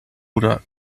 oder